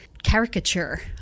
caricature